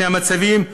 בשני המצבים,